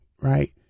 right